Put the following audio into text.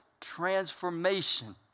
transformation